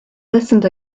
listened